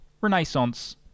Renaissance